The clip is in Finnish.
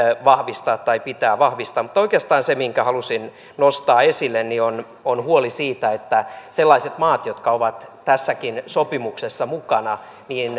vahvistaa tai pitää vahvistaa mutta oikeastaan se minkä halusin nostaa esille on on huoli siitä että sellaiset maat jotka ovat tässäkin sopimuksessa mukana